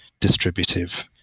distributive